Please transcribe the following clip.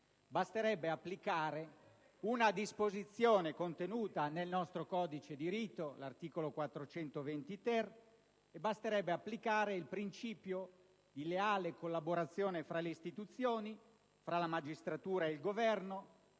Basterebbe applicare una disposizione contenuta nel nostro codice di rito, l'articolo 420-*ter,* e basterebbe applicare il principio di leale collaborazione tra le istituzioni, tra la magistratura e il Governo,